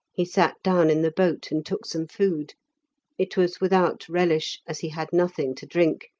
he sat down in the boat, and took some food it was without relish, as he had nothing to drink,